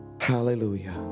Hallelujah